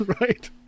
Right